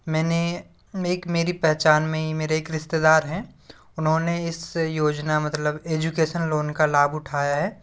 मैंने एक मेरी पहचान में ही मेरे एक रिश्तेदार हैं उन्होंने इस योजना मतलब एजुकेसन लोन का लाभ उठाया है